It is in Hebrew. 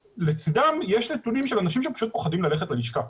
לצידם יש נתונים של אנשים שפשוט פוחדים ללכת ללשכה.